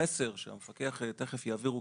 המסר שהמפקח תכף יעביר הוא